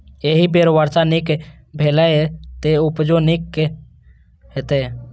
एहि बेर वर्षा नीक भेलैए, तें उपजो नीके हेतै